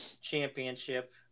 championship